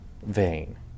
Vain